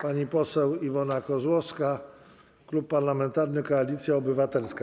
Pani poseł Iwona Maria Kozłowska, Klub Parlamentarny Koalicja Obywatelska.